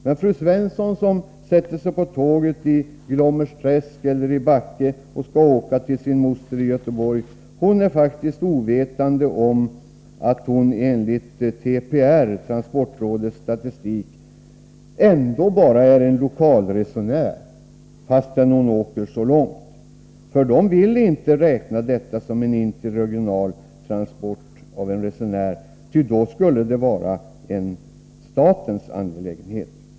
Men fru Svensson som sätter sig på tåget i Glommersträsk eller i Backe för att åka till sin moster i Göteborg är faktiskt ovetande om att hon enligt TPR, transportrådets statistik, ändå bara är en lokal resenär — fastän hon åker så långt. Man vill nämligen inte räkna detta som en interregional transport av en resenär, ty då skulle det vara en statens angelägenhet.